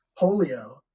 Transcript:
polio